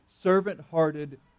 servant-hearted